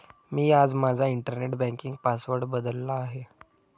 मी आज माझा internet banking password बदलला आहे